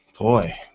Boy